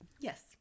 yes